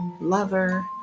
lover